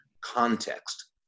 context